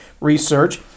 research